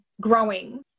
growing